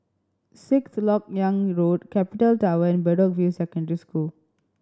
Sixth Lok Yang Road Capital Tower and Bedok View Secondary School